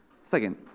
Second